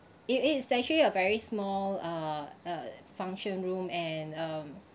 it is actually a very small uh uh function room and um